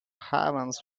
heavens